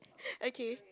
okay